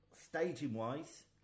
staging-wise